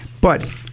But-